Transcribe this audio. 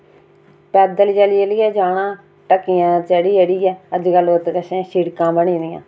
पैदल चली चलियै जाना ढक्कियां चढ़ी चढ़ियै अजकल उत्त कशें शिड़कां बनी दियां